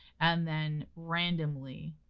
and then randomly,